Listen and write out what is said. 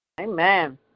Amen